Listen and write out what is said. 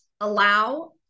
allow